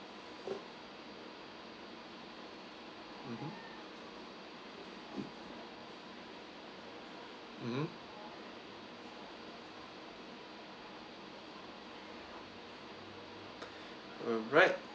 mmhmm mmhmm alright